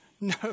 No